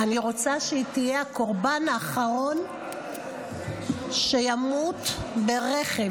אני רוצה שהיא תהיה הקורבן האחרון שימות ברכב,